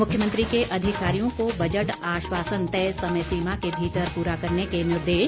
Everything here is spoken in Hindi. मुख्यमंत्री के अधिकारियों को बजट आश्वासन तय समय सीमा के भीतर पूरा करने के निर्देश